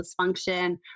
dysfunction